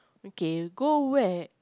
okay go where